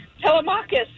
Telemachus